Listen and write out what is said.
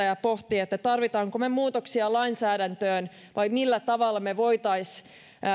ja pohtia tarvitaanko muutoksia lainsäädäntöön vai millä tavalla voitaisiin